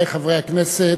וחברי חברי הכנסת,